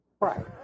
right